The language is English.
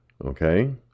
okay